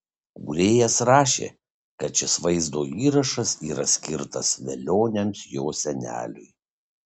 kūrėjas rašė kad šis vaizdo įrašas yra skirtas velioniams jo seneliui